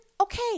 Okay